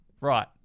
Right